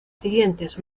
siguientes